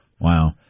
Wow